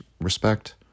respect